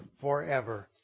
forever